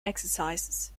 exercises